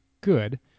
good